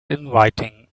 inviting